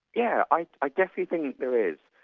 yeah i i definitely think there is.